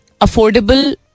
affordable